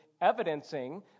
evidencing